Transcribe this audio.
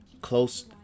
Close